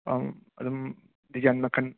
ꯑꯪ ꯑꯗꯨꯝ ꯗꯤꯖꯥꯏꯟ ꯃꯈꯟ